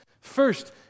First